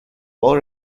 well